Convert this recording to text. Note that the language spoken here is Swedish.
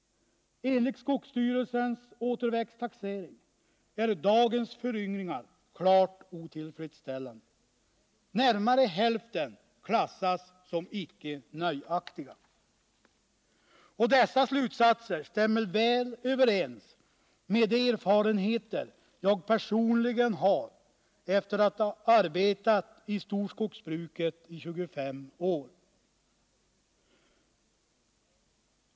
Enligt skogsstyrelsens återväxttaxering är dagens föryngringar klart otillfredsställande. Närmare hälften klassas som ”icke nöjaktiga”. Dessa slutsatser stämmer väl överens med de erfarenheter som jag personligen har efter att ha arbetat i storskogsbruket i 25 år.